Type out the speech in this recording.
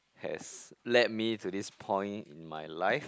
has led me to this point in my life